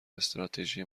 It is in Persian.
استراتژی